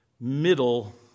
middle